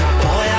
boy